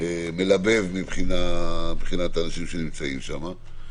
מלבב מבחינת האנשים שנמצאים שם.